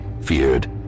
feared